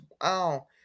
wow